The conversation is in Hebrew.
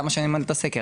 למה שאני אמלא את הסקר?